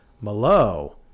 Malo